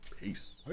Peace